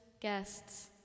Guests